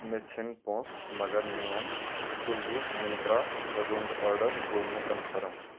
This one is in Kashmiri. مےٚ ژھیٚنۍ پونٛسہٕ مگر میون ژۄوُہ منٛترٛا رۄنٛگ آرڈر گوٚو نہٕ کنفٲرٕم